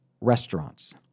restaurants